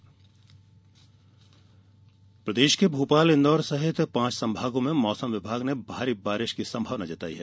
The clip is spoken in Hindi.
मौसम बारिश प्रदेश के भोपाल इंदौर समेत पांच संभागों में मौसम विभाग ने भारी बारिश की संभावना जताई है